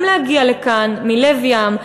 גם להגיע לכאן מלב ים,